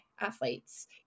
athletes